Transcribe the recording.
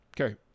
Okay